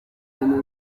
ana